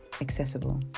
accessible